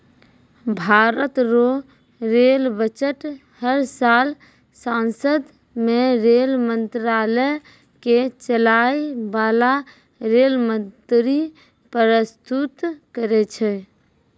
भारत रो rail budget हर साल सांसद मे रेल मंत्रालय के चलाय बाला रेल मंत्री परस्तुत करै छै